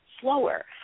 slower